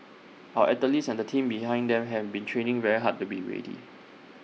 our athletes and the team behind them have been training very hard to be ready